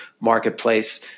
marketplace